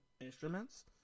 instruments